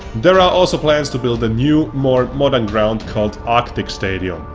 there are also plans to build a new more modern ground called arctic stadium.